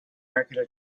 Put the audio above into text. american